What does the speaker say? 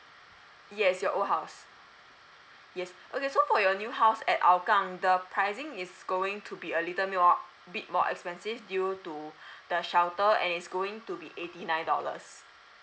yes your old house yes okay so for your new house at hougang the pricing is going to be a little move up bit more expensive due to the shelter and it's going to be eighty nine dollars